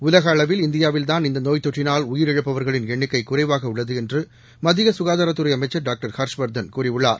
உலக அளவில் இந்தியாவில்தான் இந்த நோய் தொற்றினால் உயிரிழப்பவர்களின் எண்ணிக்கை குறைவாக உள்ளது என்ற மத்திய சுகாதாரத்துறை அமைச்சர் டாக்டர் ஹர்ஷவர்தன் கூறியுள்ளார்